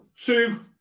Two